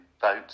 vote